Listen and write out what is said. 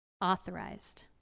authorized